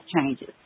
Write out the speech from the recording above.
changes